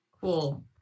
Cool